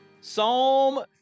Psalm